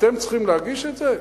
ואתם צריכים להגיש את זה?